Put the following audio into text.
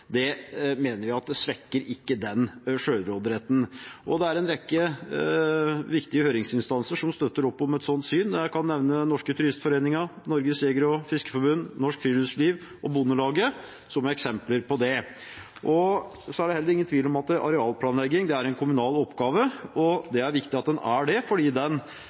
mener vi ikke svekker den selvråderetten. Det er en rekke viktige høringsinstanser som støtter opp om et sånt syn. Jeg kan nevne Den Norske Turistforening, Norges Jeger- og Fiskerforbund, Norsk Friluftsliv og Bondelaget som eksempler på det. Det er heller ingen tvil om at arealplanlegging er en kommunal oppgave, og det er viktig at det er det, fordi den